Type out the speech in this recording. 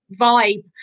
vibe